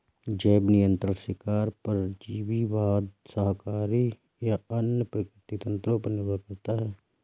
जैव नियंत्रण शिकार परजीवीवाद शाकाहारी या अन्य प्राकृतिक तंत्रों पर निर्भर करता है